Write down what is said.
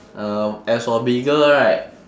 uh as for bigger right